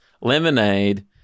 lemonade